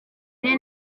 ine